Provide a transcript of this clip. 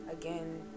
again